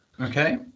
okay